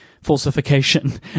falsification